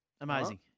Amazing